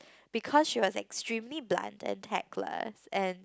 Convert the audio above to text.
because she was extremely blunt and tag less and